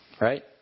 Right